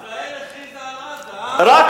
ישראל הכריזה על עזה, אה?